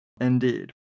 Indeed